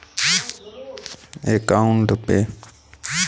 पैसे भेजने का आसान तरीका बताए?